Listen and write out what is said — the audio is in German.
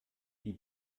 die